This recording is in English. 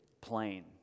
plain